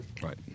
right